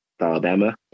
Alabama